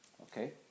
Okay